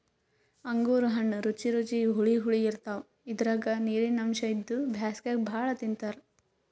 ಅಂಗೂರ್ ಹಣ್ಣ್ ರುಚಿ ರುಚಿ ಹುಳಿ ಹುಳಿ ಇರ್ತವ್ ಇದ್ರಾಗ್ ನೀರಿನ್ ಅಂಶ್ ಇದ್ದು ಬ್ಯಾಸ್ಗ್ಯಾಗ್ ಭಾಳ್ ತಿಂತಾರ್